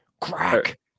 crack